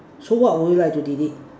so what would you like to delete